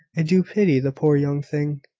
i do pity the poor young thing!